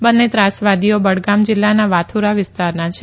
બંને ત્રાસવાદીઓ બડગામ જીલ્લાના વાથુરા વિસ્તારના છે